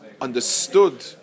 understood